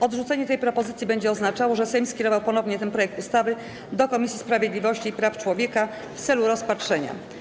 Odrzucenie tej propozycji będzie oznaczało, że Sejm skierował ponownie ten projekt ustawy do Komisji Sprawiedliwości i Praw Człowieka w celu rozpatrzenia.